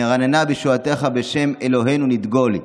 נרננה בישועתך ובשם אלהינו נדגל,